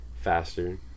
faster